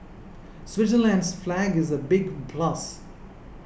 Switzerland's flag is a big plus